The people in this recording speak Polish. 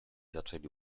zaczęli